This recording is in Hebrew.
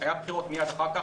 היו בחירות מיד אחר כך,